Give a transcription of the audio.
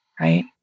right